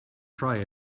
try